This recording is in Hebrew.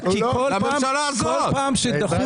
ומה המנגנון ליצירת הנוחות והידע.